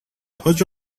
حاج